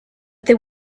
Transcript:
there